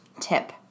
tip